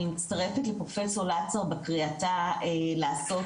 אני מצטרפת לפרופ' לצו בקריאתה לעשות